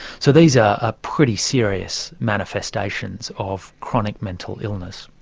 so these are ah pretty serious manifestations of chronic mental illness.